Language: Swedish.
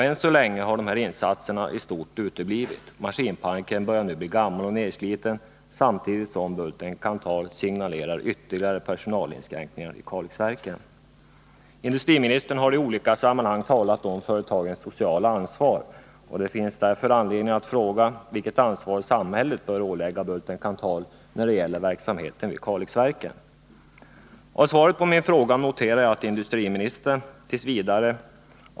Än så länge har insatserna i stort sett uteblivit. Maskinparken börjar nu bli gammal och nedsliten samtidigt som Bulten-Kanthal signalerar ytterligare personalinskränkningar vid Kalixverken. Industriministern har i olika sammanhang talat om företagens sociala ansvar. Det finns därför anledning att fråga vilket ansvar samhället bör ålägga Bulten-Kanthal när det gäller verksamheten vid Kalixverken. Av svaret på min fråga framgår att industriministern t.v.